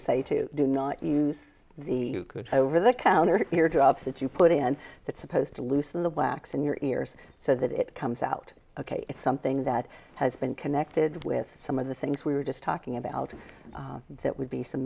you say to do not use the over the counter drugs that you put in that supposed to loosen the blacks in your ears so that it comes out ok it's something that has been connected with some of the things we were just talking about that would be some